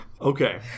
Okay